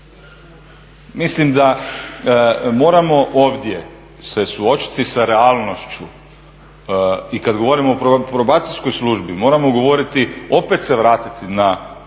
Mislim da moramo ovdje se suočiti sa realnošću i kad govorimo o Probacijskoj službi moramo govoriti, opet se vratiti na